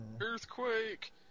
Earthquake